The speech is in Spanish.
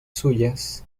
suyas